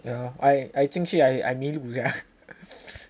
yeah I I 进去 I 迷路 sia